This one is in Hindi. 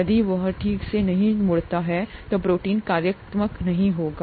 यदि वह ठीक से नहीं मुड़ता है तो प्रोटीन कार्यात्मक नहीं होगा